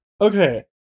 okay